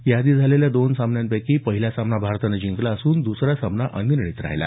या आधी झालेल्या दोन सामन्यांपैकी पहिला सामना भारतानं जिंकला असून दसरा सामना अनिर्णित राहिला